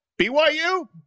BYU